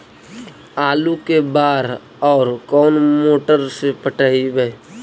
आलू के बार और कोन मोटर से पटइबै?